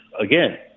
again